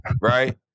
right